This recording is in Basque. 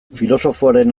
filosofoaren